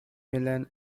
milan